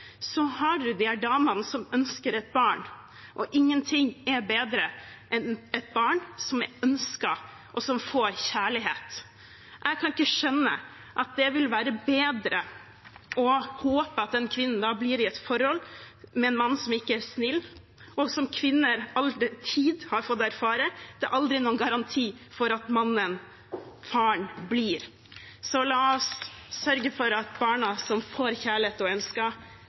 Så har du disse damene som ønsker et barn, og ingenting er bedre enn et barn som er ønsket, og som får kjærlighet. Jeg kan ikke skjønne at det vil være bedre å håpe at en kvinne blir i et forhold med en mann som ikke er snill. Og som kvinner all tid har fått erfare, det er aldri noen garanti for at mannen, faren, blir. Så la oss sørge for at barna som får